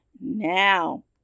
Now